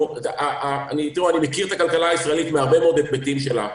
אני מכיר את הכלכלה הישראלית מהרבה מאוד היבטים שלה.